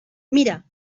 mira